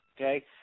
Okay